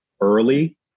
early